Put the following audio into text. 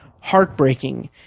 heartbreaking